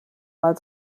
mal